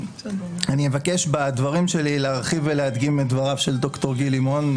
אני אבקש בדברים שלי להרחיב ולהדגים את דבריו של ד"ר גיל לימון,